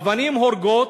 אבנים הורגות.